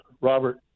Robert